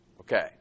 Okay